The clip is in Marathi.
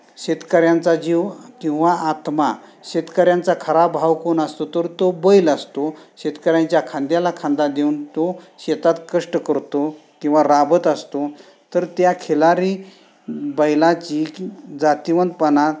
शेतकऱ्यांचा जीव किंवा आत्मा शेतकऱ्यांचा खरा भाव कोण असतो तर तो बैल असतो शेतकऱ्यांच्या खांद्याला खांदा देऊन तो शेतात कष्ट करतो किंवा राबत असतो तर त्या खिलारी बैलाची जातीवंतपणा